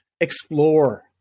Explore